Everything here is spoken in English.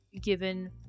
given